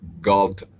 gold